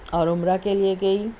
اور عمرہ کے لیے گئی